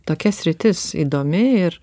tokia sritis įdomi ir